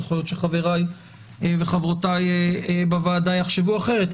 יכול להיות שחבריי וחברותיי בוועדה יחשבו אחרת.